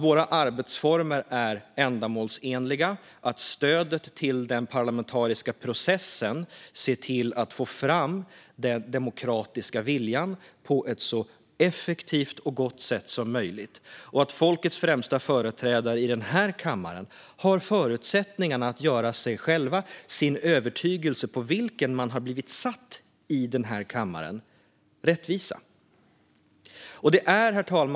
Våra arbetsformer ska vara ändamålsenliga. Stödet till den parlamentariska processen ska se till att få fram den demokratiska viljan på ett så effektivt och gott sätt som möjligt. Folkets främsta företrädare ska ha förutsättningar att göra sig själva och den övertygelse som gjort att de blivit satta i den här kammaren rättvisa. Herr talman!